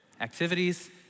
Activities